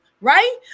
Right